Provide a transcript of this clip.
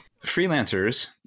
freelancers